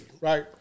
right